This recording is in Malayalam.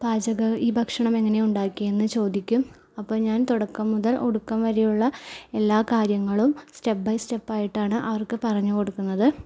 പാചക ഈ ഭക്ഷണം എങ്ങനെയാണ് ഉണ്ടാക്കിയതെന്ന് ചോദിക്കും അപ്പോൾ ഞാൻ തുടക്കം മുതൽ ഒടുക്കം വരെയുള്ള എല്ലാ കാര്യങ്ങളും സ്റ്റെപ് ബൈ സ്റ്റെപ് ആയിട്ടാണ് അവർക്ക് പറഞ്ഞുകൊടുക്കുന്നത്